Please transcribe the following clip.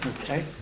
Okay